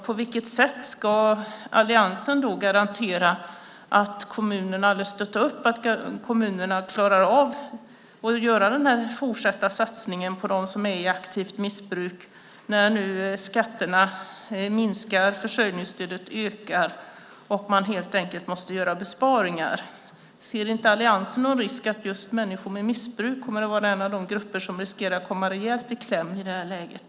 På vilket sätt ska alliansen garantera att kommunerna klarar av att göra den här fortsatta satsningen på dem som är i aktivt missbruk när nu skatterna minskar, försörjningsstödet ökar och man helt enkelt måste göra besparingar? Ser inte alliansen någon risk att just människor med missbruk kommer att vara en av de grupper som riskerar att komma rejält i kläm i det här läget?